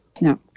no